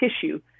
tissue